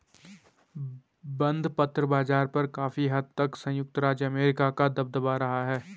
बंधपत्र बाज़ार पर काफी हद तक संयुक्त राज्य अमेरिका का दबदबा रहा है